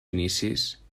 inicis